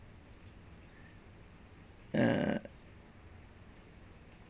uh